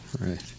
Right